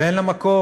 ואין לה מקום,